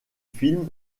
films